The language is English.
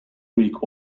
greek